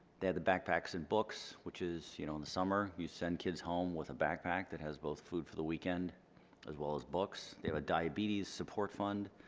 they had the backpacks and books, which is, you know, in the summer, you send kids home with a backpack that has both food for the weekend as well as books. they have a diabetes support fund.